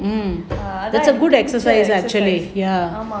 அதுதான் ஆமா:athuthan aamaa